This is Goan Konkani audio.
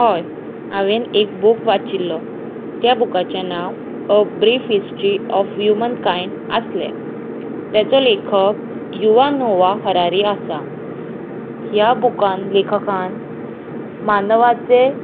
हय हांवें एक बूक वाचिल्लो त्या बुकाचें नांव a brief history of humankind आसलें तेचो लेखक युवा नोवा हरारी आसा ह्या बुकान लेखकान मानवाचे